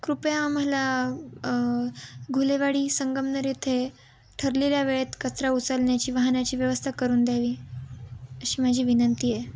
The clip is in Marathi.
कृपया आम्हाला घुलेवाडी संगमनेर येथे ठरलेल्या वेळेत कचरा उचलण्याची वाहनाची व्यवस्था करून द्यावी अशी माझी विनंती आहे